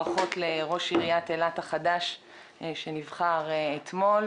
ברכות לראש עיריית אילת החדש שנבחר אתמול,